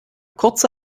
kurze